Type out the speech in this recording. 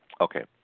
Okay